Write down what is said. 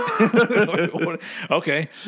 Okay